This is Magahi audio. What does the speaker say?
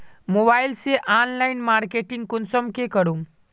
मोबाईल से ऑनलाइन मार्केटिंग कुंसम के करूम?